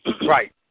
Right